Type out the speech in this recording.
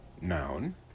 noun